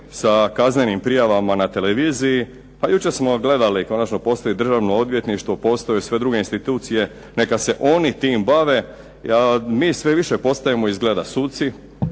sa kaznenim prijavama na televiziji. Pa jučer smo gledali, konačno postoji i Državno odvjetništvo, postoje sve druge institucije neka se oni tim bave, mi sve više postajemo izgleda suci